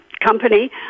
company